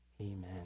amen